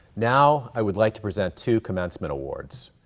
now i would like to present two commencement awards.